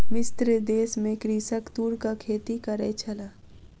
मिस्र देश में कृषक तूरक खेती करै छल